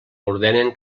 ordenen